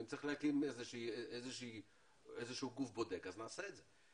ואם צריך להקים איזשהו גוף בודק, אז נעשה את זה.